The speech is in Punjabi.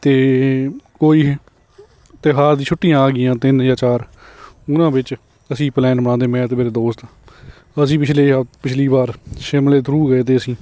ਅਤੇ ਕੋਈ ਤਿਉਹਾਰ ਦੀਆਂ ਛੁੱਟੀਆਂ ਆ ਗਈਆਂ ਤਿੰਨ ਜਾਂ ਚਾਰ ਉਹਨਾਂ ਵਿੱਚ ਅਸੀਂ ਪਲੈਨ ਬਣਾਉਂਦੇ ਮੈਂ ਅਤੇ ਮੇਰੇ ਦੋਸਤ ਅਸੀਂ ਪਿਛਲੇ ਪਿਛਲੀ ਵਾਰ ਸ਼ਿਮਲੇ ਥਰੂ ਗਏ ਤੇ ਅਸੀਂ